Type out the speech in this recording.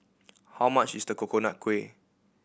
how much is the Coconut Kuih